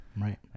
Right